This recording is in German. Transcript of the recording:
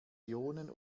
ionen